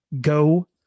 go